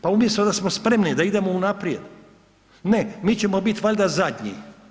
Pa umjesto da smo spremni da idemo unaprijed, ne, mi ćemo biti valjda zadnji.